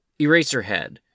Eraserhead